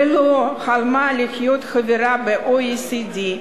ולא חלמה להיות חברה ב-OECD,